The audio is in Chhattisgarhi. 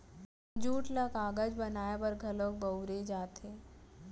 जूट ल कागज बनाए बर घलौक बउरे जाथे